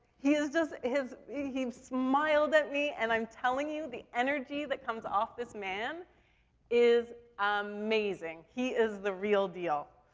he is just. he smiled at me, and i'm telling you, the energy that comes off this man is amazing. he is the real deal.